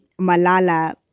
Malala